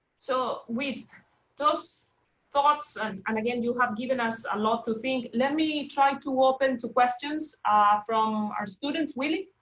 so with those thoughts and and again, you have given us a lot to think. let me try to open to questions ah from our students. willy?